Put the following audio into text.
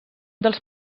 dels